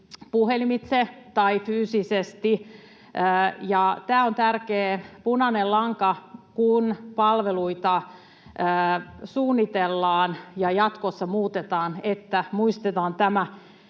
puhelimitse tai fyysisesti. Tämä on tärkeä punainen lanka, kun palveluita suunnitellaan ja jatkossa muutetaan, että muistetaan tämä